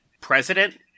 president